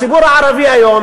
הציבור הערבי היום,